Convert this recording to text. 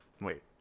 wait